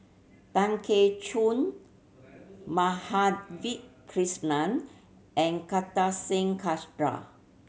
Tan Keong Choon Madhavi Krishnan and Kartar Singh